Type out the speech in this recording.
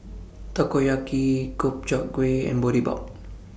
Takoyaki Gobchang Gui and Boribap